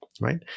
right